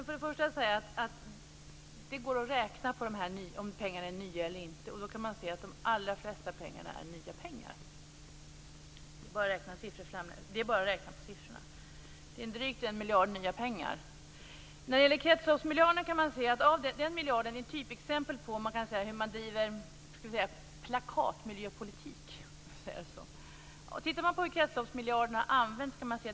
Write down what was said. Fru talman! Det går att räkna fram om pengarna är nya eller inte. Det går då att se att de allra flesta pengarna är nya pengar. Det är bara att räkna på siffrorna. Det är fråga om en dryg miljard nya pengar. Kretsloppsmiljarden är ett typexempel på hur det är att driva "plakatmiljöpolitik". Låt oss se på hur kretsloppsmiljarden har använts.